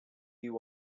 you